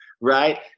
Right